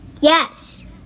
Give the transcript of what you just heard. Yes